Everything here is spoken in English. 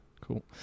cool